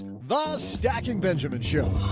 the stacking benjamin show